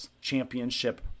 championship